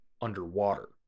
underwater